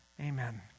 Amen